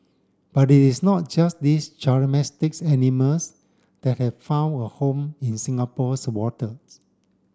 but it is not just these animals that have found a home in Singapore's waters